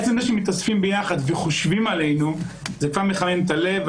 שמתאספים ביחד וחושבים עלינו, זה כבר מחמם את הלב.